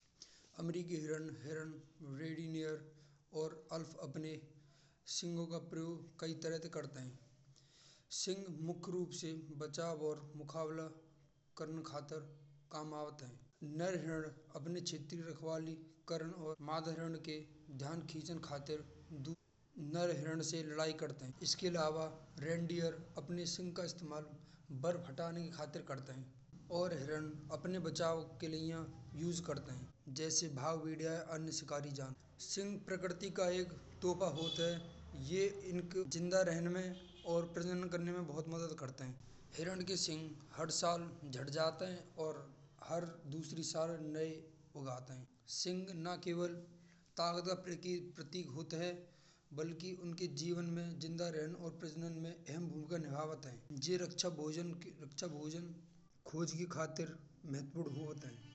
अमेरीकी हिरन, हिरन रेडियर और अल्फ अपने सींगों का प्रयोग कई तरह से करते हैं। सिंह मुख्‍य रूप से बचाव और मुकाबला करने खातर कम आवत है। नर हिरन अपने अपने क्षेत्र रखवाली करने और माधवराण के ध्यान की ध्यान खींचे खातिर नर हिरन से लड़ाई करते हैं। इसके अलावा रेनडियर अपनी सिंग का इस्तेमाल बर्फ हटाने खातिर करते हैं। और हिरन अपने बचाव के लिए उसे करते हैं। जैसे भाव मीडिय अन्य शिकारी जान। सिंह प्रकृति का एक तोहफा होता है। यह इनको जिंदा रहने में और प्रजनन करने में बहुत मदद करते हैं। हिरन के सिंह हर साल झड़ जाते हैं और हर दूसरी साल नए उगते हैं। सिंह ना केवल ताकत का प्रतीक होता है बल्कि उनके जीवन में जिंदा रहेंगे और प्रजनन में अहम भूमिका निभावत है। जे रक्षा भोजन खोज के खतिर महत्वपूर्ण होत है।